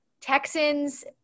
Texans